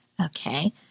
Okay